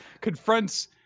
confronts